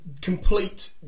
complete